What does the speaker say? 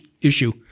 issue